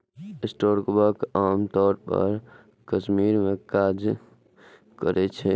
stockbroker आम तौर पर कमीशन पर काज करै छै